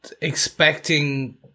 expecting